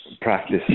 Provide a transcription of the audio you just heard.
practice